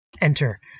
Enter